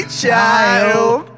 child